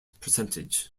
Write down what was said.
percentage